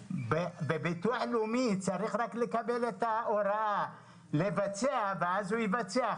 ביטוח לאומי צריך רק לקבל את ההוראה לבצע ואז הוא יבצע.